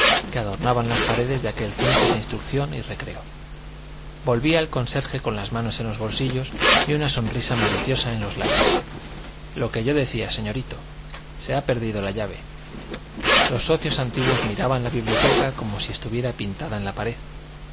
que adornaban las paredes de aquel centro de instrucción y recreo volvía el conserje con las manos en los bolsillos y una sonrisa maliciosa en los labios lo que yo decía señorito se ha perdido la llave los socios antiguos miraban la biblioteca como si estuviera pintada en la pared